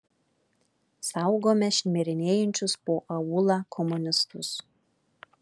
saugome šmirinėjančius po aūlą komunistus